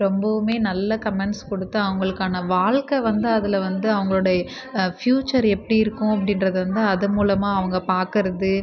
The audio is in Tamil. ரொம்பவுமே நல்ல கமெண்ட்ஸ் கொடுத்து அவர்களுக்கான வாழ்க்கை வந்து அதில் வந்து அவர்களோட ஃப்யூச்சர் எப்படி இருக்கும் அப்படின்றது வந்து அது மூலமாக அவங்க பார்க்குறது